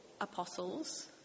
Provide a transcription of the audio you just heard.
apostles